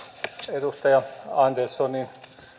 edustaja anderssonin